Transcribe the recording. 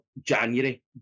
January